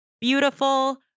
Beautiful